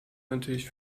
natürlich